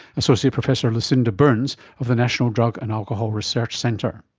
associate professor lucinda burns of the national drug and alcohol research centre.